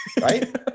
right